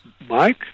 Mike